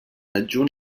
adjunt